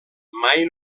mai